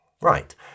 Right